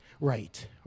Right